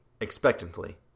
expectantly